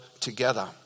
together